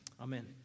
Amen